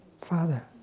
Father